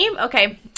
okay